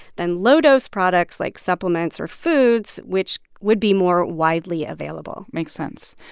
then low-dose products, like supplements or foods, which would be more widely available makes sense.